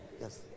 Yes